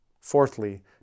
fourthly